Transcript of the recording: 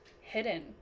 hidden